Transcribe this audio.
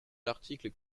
l’article